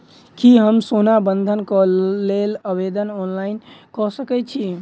की हम सोना बंधन कऽ लेल आवेदन ऑनलाइन कऽ सकै छी?